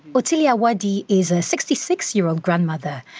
otillia waddi is a sixty six year old grandmother,